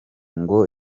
ngo